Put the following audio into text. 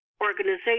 organization